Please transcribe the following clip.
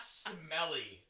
smelly